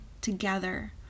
together